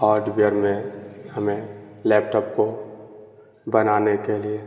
hard ware میں ہمیں laptop کو بنانے کے لیے